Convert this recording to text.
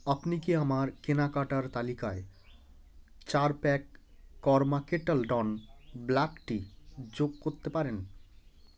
আপনি কি আমার কেনাকাটার তালিকায় চার pack Karma Kettle Don black tea যোগ করতে পারেন